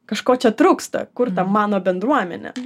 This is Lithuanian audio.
kažko čia trūksta kur ta mano bendruomenė